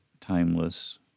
timeless